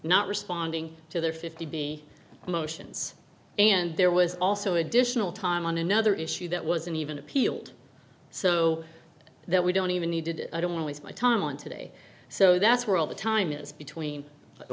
not responding to their fifty b motions and there was also additional time on another issue that wasn't even appealed so that we don't even needed i don't waste my time on today so that's where all the time is between